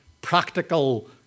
practical